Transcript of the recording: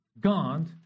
God